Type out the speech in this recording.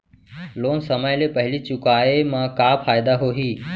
Loan समय ले पहिली चुकाए मा का फायदा होही?